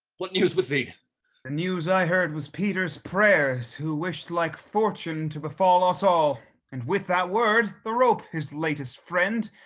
what news with thee? the news i heard was peter's prayers, who wished like fortune to befall us all and with that word, the rope his latest friend,